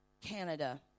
Canada